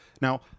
Now